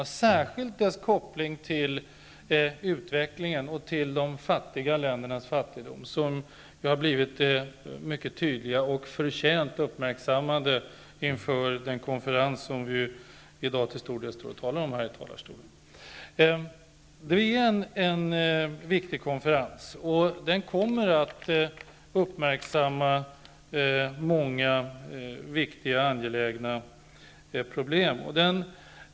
Det är särskilt när det gäller kopplingen till utvecklingen och till de fattiga ländernas fattigdom som miljöfrågorna har blivit tydliga och förtjänt uppmärksammade inför den konferens som diskussionen i dag till stor del gäller. Det är en viktig konferens, och den kommer att uppmärksamma många viktiga och angelägna problem.